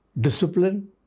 Discipline